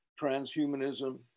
transhumanism